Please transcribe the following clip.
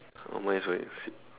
oh my is wearing a seat